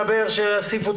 ואז אנחנו שומעים.